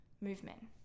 movement